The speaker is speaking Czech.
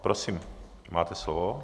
Prosím, máte slovo.